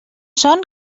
son